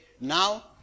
now